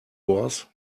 was